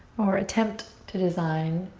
or attempt to design,